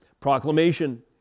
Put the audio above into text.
Proclamation